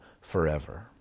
forever